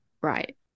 Right